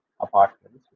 apartments